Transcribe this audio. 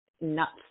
nuts